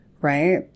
right